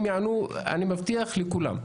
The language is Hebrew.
ואני מבטיח שהם יענו לכולם.